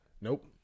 nope